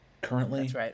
Currently